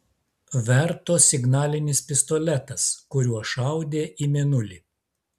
verto signalinis pistoletas kuriuo šaudė į mėnulį